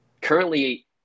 Currently